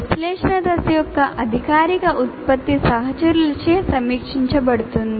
విశ్లేషణ దశ యొక్క అధికారిక ఉత్పత్తి సహచరులచే సమీక్షించబడుతుంది